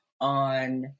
on